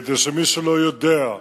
מי שלא יודע,